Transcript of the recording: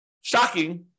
shocking